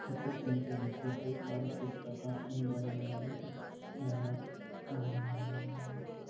ಅಗತ್ಯಕ್ಕಿಂತ ಹೆಚ್ಚು ಹೈಪಾದ ಪುಸ್ತಕ ಎಂದರೆ ನನಗೆ